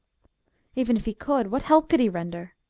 even if he could, what help could he render?